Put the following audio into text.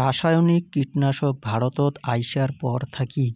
রাসায়নিক কীটনাশক ভারতত আইসার পর থাকি